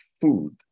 food